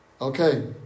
Okay